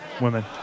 Women